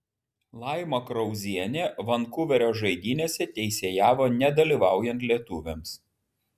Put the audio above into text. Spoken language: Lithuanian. laima krauzienė vankuverio žaidynėse teisėjavo nedalyvaujant lietuviams